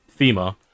FEMA